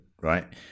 right